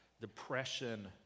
depression